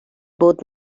both